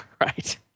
Right